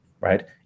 right